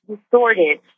distorted